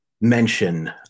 mention